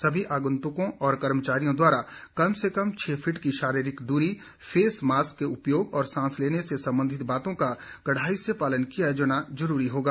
सभी आगंतुकों और कर्मचारियों द्वारा कम से कम छह फीट की शारीरिक दूरी फेस मास्क के उपयोग और सांस लेने से संबंधित बातों का कडाई से पालन किया जाना जरूरी होगा